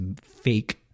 fake